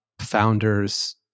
founders